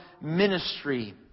ministry